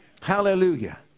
hallelujah